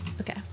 Okay